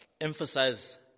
emphasize